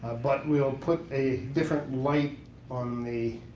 ah but we'll we'll put a different light on the